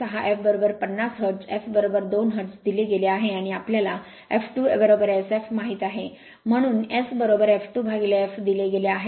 तर P 6 f 50 hertz f 2 hertz दिले गेले आहे आणि आम्हाला f2 Sf माहित आहे म्हणूनSf2f दिले गेले आहे